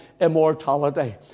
immortality